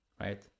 right